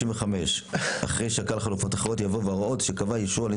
הסתייגות מספר 39. בסופו יבוא "הוראות איסור או הגבלה של